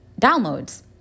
downloads